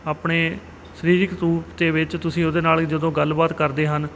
ਆਪਣੇ ਸਰੀਰਿਕ ਸਰੂਪ ਦੇ ਵਿੱਚ ਤੁਸੀਂ ਉਹਦੇ ਨਾਲ ਜਦੋਂ ਗੱਲਬਾਤ ਕਰਦੇ ਹਨ